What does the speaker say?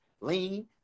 lean